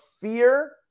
fear